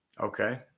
Okay